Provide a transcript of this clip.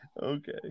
Okay